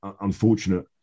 unfortunate